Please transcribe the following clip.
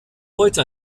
heute